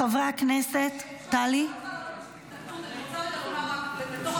חברי הכנסת, טלי --- אני רוצה לומר רק בתור